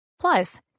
Plus